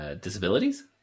disabilities